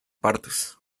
partes